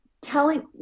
telling